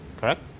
Correct